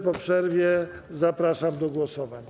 Po przerwie zapraszam do głosowań.